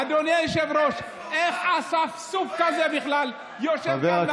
אדוני היושב-ראש, איך אספסוף כזה בכלל יושב כאן?